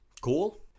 Cool